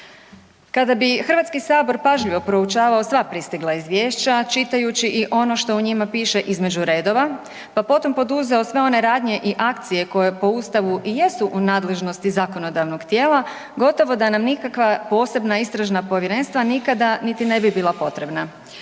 Kada bi HS pažljivo proučavao sva pristigla izvješća, čitajući i ono što u njima piše između redova, pa potom poduzeo sve one radnje i akcije koje po Ustavu i jesu u nadležnosti zakonodavnog tijela, gotovo da nam nikakva posebna istražna povjerenstva nikada niti ne bi bila potrebna.